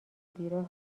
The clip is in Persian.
بیراه